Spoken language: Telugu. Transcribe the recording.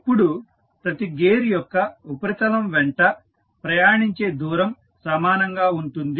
ఇప్పుడు ప్రతి గేర్ యొక్క ఉపరితలం వెంట ప్రయాణించే దూరం సమానంగా ఉంటుంది